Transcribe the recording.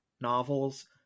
novels